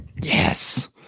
Yes